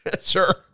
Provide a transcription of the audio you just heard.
Sure